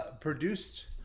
produced